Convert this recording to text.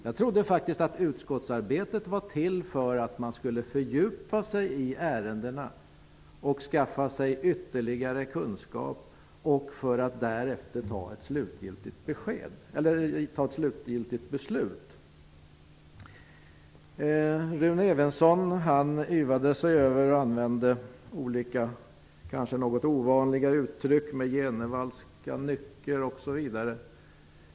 Jag trodde faktiskt att utskottsarbetet var till för att man skulle fördjupa sig i ärendena och skaffa sig ytterligare kunskap för att därefter fatta ett slutgiltigt beslut. Rune Evensson yvade sig och använde olika, något ovanliga uttryck såsom Jenevallska nycker osv.